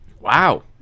Wow